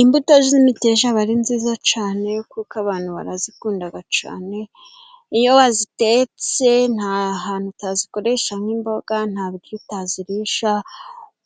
Imbuto z'imikeja aba ari nziza cane kuko abantu barazikundaga cane iyo wazitetse nta hantu utazikoresha nk'imboga, nta biryo utazirisha